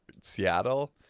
Seattle